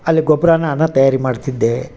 ಅಲ್ಲಿ ಗೊಬ್ಬರ ನಾನು ತಯಾರಿ ಮಾಡ್ತಿದ್ದೇ